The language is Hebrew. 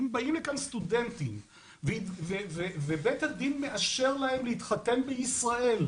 אם באים לכאן סטודנטים ובית הדין מאשר להם להתחתן בישראל,